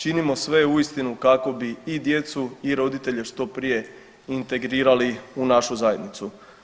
Činimo sve uistinu kako bi i djecu i roditelje što prije integrirali u našu zajednicu.